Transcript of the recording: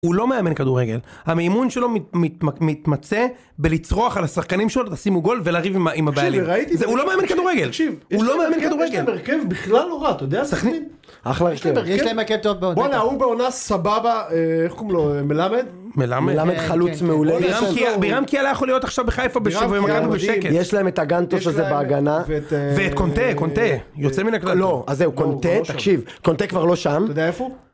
הוא לא מאמן כדורגל, המימון שלו מתמצה בלצרוח על השחקנים שלו, תשימו גול ולריב עם הבעלים. הוא לא מאמן כדורגל. הוא לא מאמן כדורגל. יש להם הרכב בכלל לא רע, אתה יודע? סכנין... אחלה רגע. יש להם הרכב טוב מאוד. בואנה, הוא בעונה סבבה, איך קוראים לו? מלמד? מלמד? מלמד חלוץ מעולה. בירם קיאלה יכול להיות עכשיו בחיפה בשבועים, מגענו בשקט. יש להם את מגנטו שזה בהגנה. ואת קונטה, קונטה יוצא מן הכלל. לא, אז זהו, קונטה, תקשיב, קונטה כבר לא שם. אתה יודע איפה הוא?